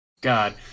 God